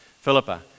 Philippa